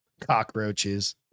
Cockroaches